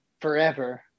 forever